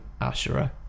Ashura